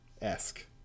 esque